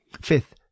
fifth